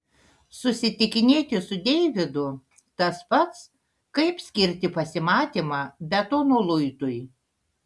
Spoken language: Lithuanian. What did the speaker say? susitikinėti su deividu tas pats kaip skirti pasimatymą betono luitui